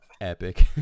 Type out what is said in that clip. epic